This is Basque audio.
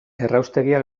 erraustegia